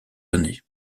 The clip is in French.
années